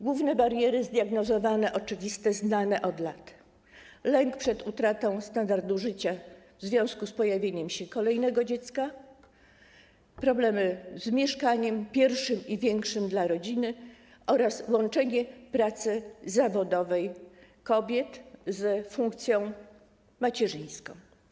Główne bariery zdiagnozowane, oczywiste, znane są od lat: lęk przed utratą standardu życia w związku z pojawieniem się kolejnego dziecka, problemy z mieszkaniem pierwszym i większym dla rodziny oraz łączenie pracy zawodowej kobiet z funkcją macierzyńską.